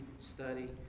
study